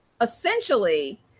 essentially